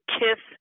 kiss